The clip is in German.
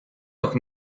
doch